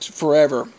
forever